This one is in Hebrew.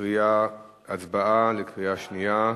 הצבעה בקריאה שנייה.